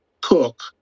cook